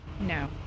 No